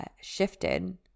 shifted